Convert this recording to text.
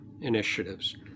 initiatives